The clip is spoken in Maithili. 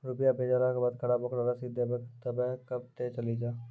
रुपिया भेजाला के खराब ओकरा रसीद देबे तबे कब ते चली जा?